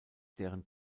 deren